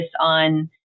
on